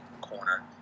corner